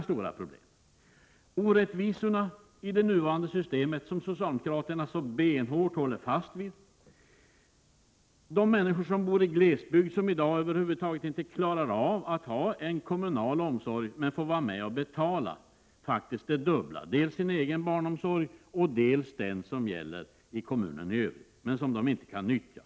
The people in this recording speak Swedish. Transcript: Det gäller orättvisorna i det nuvarande systemet, som socialdemokraterna så benhårt håller fast vid. Det gäller de människor som bor i glesbygd och som i dag över huvud taget inte klarar av att utnyttja kommunal omsorg men faktiskt får vara med och betala det dubbla — dels sin egen barnomsorg, dels den som förekommer i kommunen i övrigt men som de alltså inte kan utnyttja.